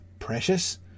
precious